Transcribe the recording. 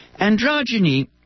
Androgyny